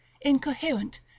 incoherent